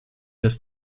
das